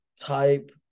type